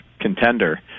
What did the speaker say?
contender